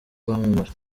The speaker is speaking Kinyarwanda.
kwamamara